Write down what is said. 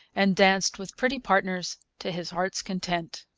and danced with pretty partners to his heart's content.